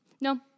No